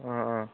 অঁ অঁ